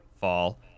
fall